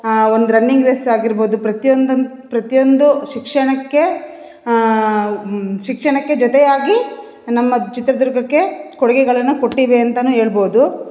ಒಂದು running race ಆಗಿರ್ಬೋದು ಪ್ರತಿಯೊಂದು ಪ್ರತಿಯೊಂದು ಶಿಕ್ಷಣಕ್ಕೆ ಶಿಕ್ಷಣಕ್ಕೆ ಜೊತೆಯಾಗಿ ನಮ್ಮ ಚಿತ್ರದುರ್ಗಕ್ಕೆ ಕೊಡುಗೆಗಳನ್ನು ಕೊಟ್ಟಿವೆ ಅಂತಲೇ ಹೇಳ್ಬೋದು